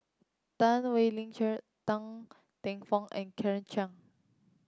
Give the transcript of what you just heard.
Chan Wei Ling Cheryl Teng Fong and Claire Chiang